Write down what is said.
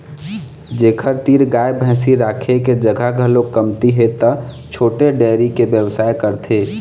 जेखर तीर गाय भइसी राखे के जघा घलोक कमती हे त छोटे डेयरी के बेवसाय करथे